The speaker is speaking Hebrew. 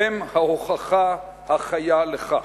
הן ההוכחה החיה לכך.